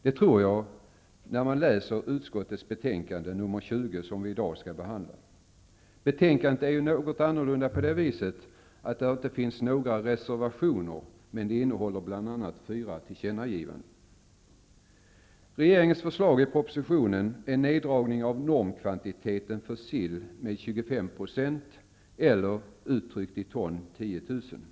Detta tror jag när jag läser utskottets betänkande nr 20, som vi i dag skall behandla. Betänkandet är något annorlunda på det viset att där inte finns några reservationer, men det innehåller bl.a. fyra tillkännagivanden. Regeringen föreslog i propositionen en neddragning av normkvantiteten för sill med 25 %, eller uttryckt i ton 10 000 ton.